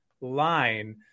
line